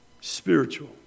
Spiritual